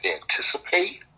anticipate